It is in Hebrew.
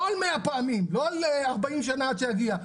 לא על 100 פעמים, לא על 40 שנה עד שיגיע.